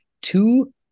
two